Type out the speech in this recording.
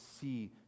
see